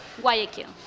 Guayaquil